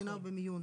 בבחינה ובמיון.